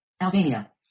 Albania